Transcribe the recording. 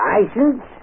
License